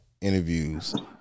interviews